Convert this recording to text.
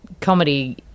Comedy